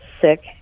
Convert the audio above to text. sick